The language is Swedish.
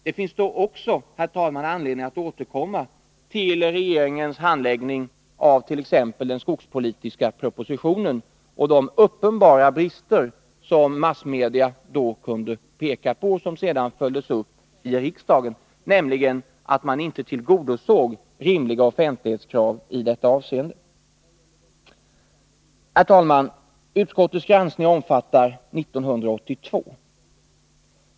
Det finns då också, herr talman, anledning att återkomma till regeringens handläggning av t.ex. den skogspolitiska propositionen med de uppenbara brister som massmedia kunde påvisa att den hade. Dessa brister, som sedan följts upp i riksdagen, bestod exempelvis i att man inte tillgodosåg rimliga offentlighetskrav. Herr talman! Utskottets granskning avser år 1982.